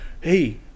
hey